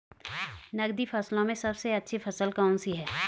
नकदी फसलों में सबसे अच्छी फसल कौन सी है?